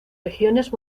regiones